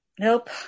Nope